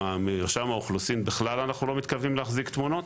במרשם האוכלוסין בכלל לא מתכוונים להחזיק תמונות,